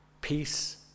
peace